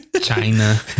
China